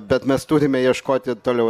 bet mes turime ieškoti toliau